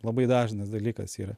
labai dažnas dalykas yra